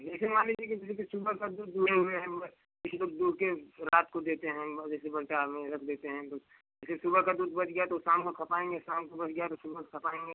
जैसे मान लीजिए कि जैसे कि सुबह का दूध दुहे हुए हैं वह किसी को दूहकर रात को देते हैं वह जैसे बचा है वही रख देते हैं दूध जैसे सुबह का दूध बच गया तो वह शाम को खपाएँगे शाम काे बच गया तो सुबह खपाएँगे